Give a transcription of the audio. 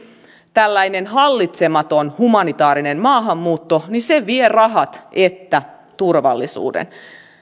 tällainen hallitsematon humanitaarinen maahanmuutto vie sekä rahat että turvallisuuden